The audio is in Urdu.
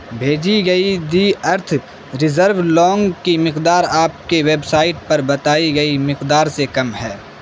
بھیجی گئی دی ارتھ ریزرو لونگ کی مقدار آپ کی ویب سائٹ پر بتائی گئی مقدار سے کم ہے